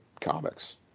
comics